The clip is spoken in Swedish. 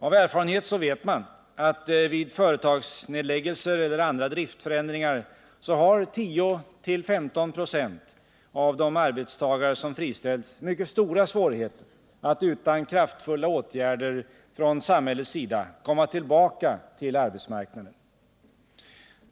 Av erfarenhet vet man att vid företagsnedläggelser eller andra driftförändringar har 10-15 96 av de arbetstagare som friställts mycket stora svårigheter att utan kraftfulla åtgärder från samhällets sida komma tillbaka till arbetsmarknaden.